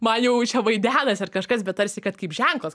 man jau čia vaidenas ar kažkas bet tarsi kad kaip ženklas